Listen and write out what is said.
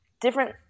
different